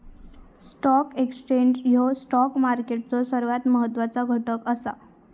stock exchange ह्यो stock मार्केटचो सर्वात महत्वाचो घटक असा